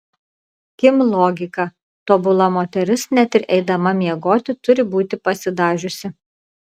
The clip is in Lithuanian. kim logika tobula moteris net ir eidama miegoti turi būti pasidažiusi